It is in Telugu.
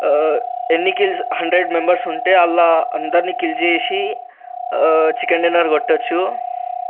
ఎన్ని కిల్స్ హండ్రెడ్ మెంబెర్స్ ఉంటే అందులో అందర్నీ కిల్ చేసి చికెన్ డిన్నర్ కొట్టొచ్చు